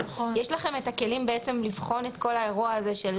אז יש לכם את הכלים לבחון את כל האירוע הזה של